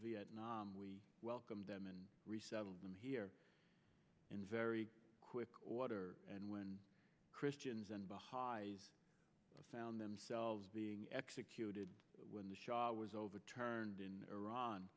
vietnam we welcomed them and resettled them here in very quick order and when christians and bahais found themselves being executed when the shah was overturned in iran